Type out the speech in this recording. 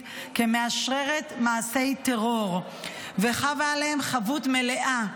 כמאשררת מעשי טרור וחבה עליהם חבות מלאה,